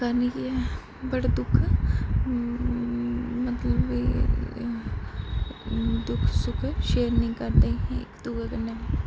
पैह्लें गै बड़ा दुक्ख मतलब कि दुक्ख सुख शेयर निं करदे हे इक दूऐ कन्नै